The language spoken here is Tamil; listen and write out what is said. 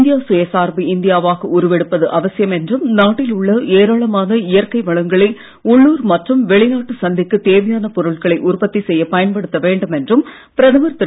இந்தியா சுயசார்பு இந்தியாவாக உருவெடுப்பது அவசியம் என்றும் நாட்டில் உள்ள ஏராளமான இயற்கை வளங்களை உள்ளூர் மற்றும் வெளிநாட்டு சந்தைக்குத் தேவையான பொருட்களை உற்பத்தி செய்ய பயன்படுத்த வேண்டும் என்றும் பிரதமர் திரு